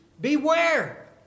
beware